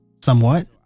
somewhat